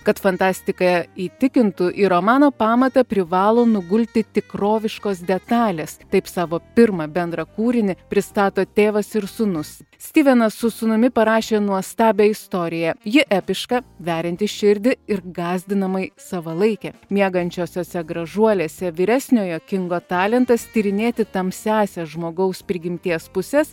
kad fantastika įtikintų į romano pamatą privalo nugulti tikroviškos detalės taip savo pirmą bendrą kūrinį pristato tėvas ir sūnus stivenas su sūnumi parašė nuostabią istoriją ji epiška verianti širdį ir gąsdinamai savalaikė miegančiosiose gražuolėse vyresniojo kingo talentas tyrinėti tamsiąsias žmogaus prigimties puses